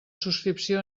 subscripció